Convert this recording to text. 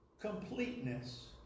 completeness